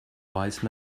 wise